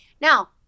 now